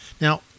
Now